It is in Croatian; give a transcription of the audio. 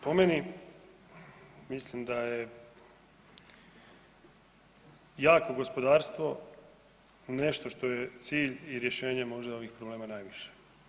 Po meni, mislim da je jako gospodarstvo nešto što je cilj i rješenje možda ovih problema najviše.